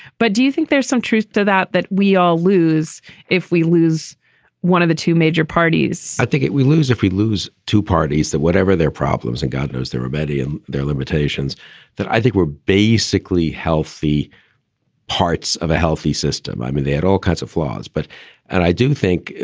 but do you think there's some truth to that, that we all lose if we lose one of the two major parties? i think we lose if we lose two parties, that whatever their problems and god knows their abedi and their limitations that i think were basically healthy parts of a healthy system. i mean, they had all kinds of flaws. but and i do think,